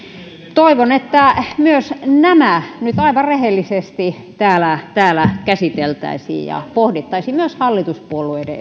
toivon että myös nämä nyt aivan rehellisesti täällä täällä käsiteltäisiin ja pohdittaisiin myös hallituspuolueiden